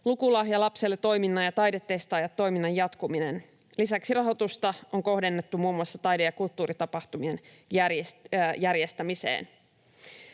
Lukulahja lapselle ‑toiminnan ja Taidetestaajat-toiminnan jatkuminen. Lisäksi rahoitusta on kohdennettu muun muassa taide‑ ja kulttuuritapahtumien järjestämiseen.